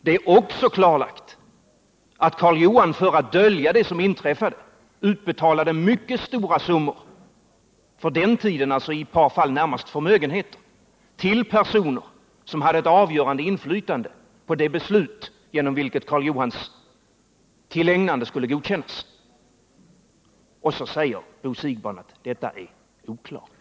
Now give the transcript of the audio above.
Det är också klarlagt att Karl Johan för att dölja det inträffade betalade mycket stora summor —i ett par fall närmast förmögenheter på den tiden — till personer som hade ett avgörande inflytande på det beslut genom vilket Karl Johans tillägnande skulle godkännas. Och så säger Bo Siegbahn att detta är oklart!